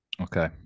Okay